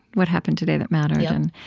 what happened today that mattered?